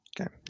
Okay